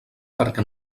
perquè